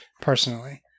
personally